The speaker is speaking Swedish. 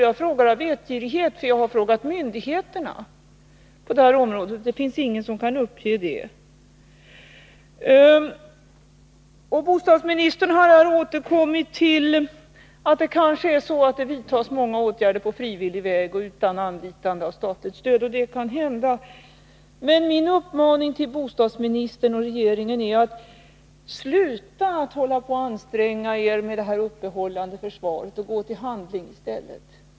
Jag frågar av vetgirighet, för jag har frågat myndigheterna, och där finns det ingen som kan ge besked. Bostadsministern har här återkommit till att det kanske vidtas många åtgärder på frivillig väg utan anlitande av statligt stöd. Det kan hända. Men min uppmaning till bostadsministern och regeringen är: Sluta att anstränga er med detta uppehållande försvar och gå till handling i stället!